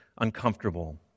uncomfortable